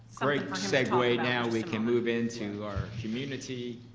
great segway, now we can move into our community